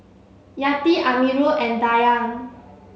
Yati Amirul and Dayang